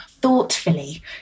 thoughtfully